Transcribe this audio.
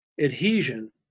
adhesion